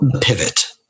pivot